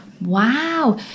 wow